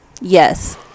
Yes